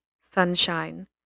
sunshine